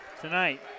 tonight